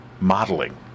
modeling